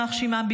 יימח שמם,